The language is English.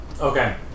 Okay